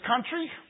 country